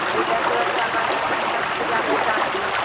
अभी दस रोज़ का बाद आएगा छठ पूजा बैसाख में